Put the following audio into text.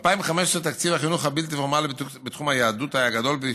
ב-2015 תקציב החינוך הבלתי-פורמלי בתחום היהדות היה גדול פי